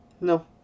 No